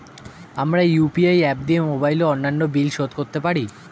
আমরা UPI app দিয়ে mobile ও অন্যান্য বিল শোধ করতে পারি